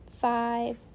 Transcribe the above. five